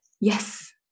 yes